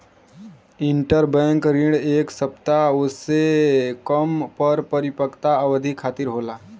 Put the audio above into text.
interbank ऋण एक सप्ताह या ओसे कम क परिपक्वता अवधि खातिर होला